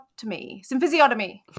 Symphysiotomy